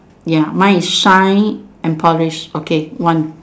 ya mine is shine and polish